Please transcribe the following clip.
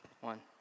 One